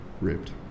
Ripped